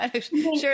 sure